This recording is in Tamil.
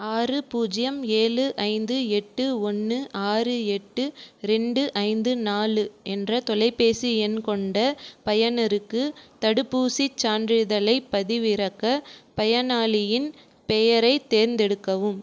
ஆறு பூஜ்ஜியம் ஏழு ஐந்து எட்டு ஒன்னு ஆறு எட்டு ரெண்டு ஐந்து நாலு என்ற தொலைபேசி எண் கொண்ட பயனருக்கு தடுப்பூசிச் சான்றிதழை பதிவிறக்க பயனாளியின் பெயரை தேர்ந்தெடுக்கவும்